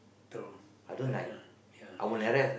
true letter ya that's true